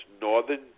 Northern